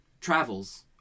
travels